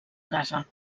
casa